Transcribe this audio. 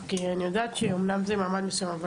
יודעת שאמנם זה מעמד מסוים,